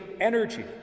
energy